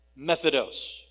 Methodos